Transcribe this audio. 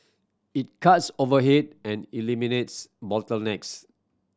it cuts overhead and eliminates bottlenecks